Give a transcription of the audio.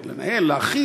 לנהל אותו, כן.